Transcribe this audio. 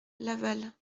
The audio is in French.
laval